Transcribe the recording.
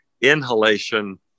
inhalation